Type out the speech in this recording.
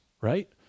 right